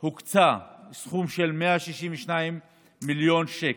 הוקצה סכום של 162 מיליון שקל,